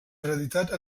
reeditat